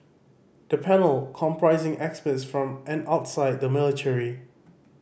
the panel comprising experts from and outside the military